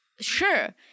sure